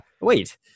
wait